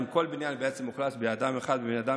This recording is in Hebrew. אם כל בניין בעצם מאוכלס בבן אדם אחד,